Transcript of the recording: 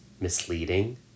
misleading